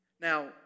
Now